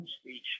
speech